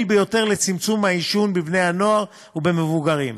ביותר לצמצום העישון בקרב בני-נוער ומבוגרים,